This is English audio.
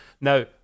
Now